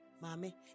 Mommy